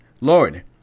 lord